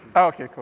ah okay, cool.